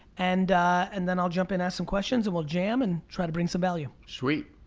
and and then i'll jump in, ask some questions, and we'll jam and try to bring some value. sweet.